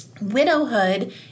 Widowhood